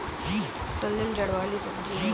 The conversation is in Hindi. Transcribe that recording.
शलजम जड़ वाली सब्जी है